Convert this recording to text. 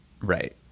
right